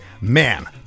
man